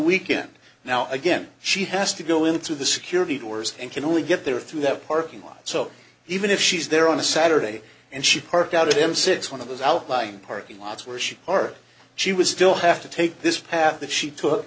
weekend now again she has to go in through the security doors and can only get there through that parking lot so even if she's there on a saturday and she parked out at him six one of those outlying parking lots where she or she was still have to take this path that she took